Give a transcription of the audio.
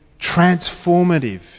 transformative